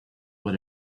what